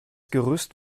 gerüst